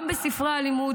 גם בספרי הלימוד,